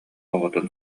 оҕотун